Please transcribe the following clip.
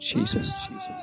Jesus